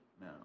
No